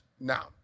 Now